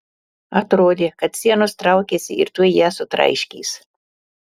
atrodė kad sienos traukiasi ir tuoj ją sutraiškys